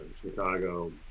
Chicago